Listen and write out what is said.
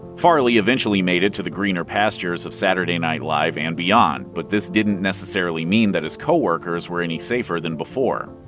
farley eventually made it to the greener pastures of saturday night live and beyond, but this didn't necessarily mean that his coworkers were any safer than before.